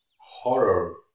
horror